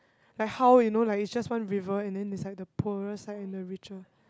like how you know like it's just one river and then it's like the poorer side and the richer